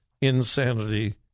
insanity